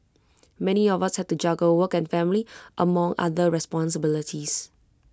many of us have to juggle work and family among other responsibilities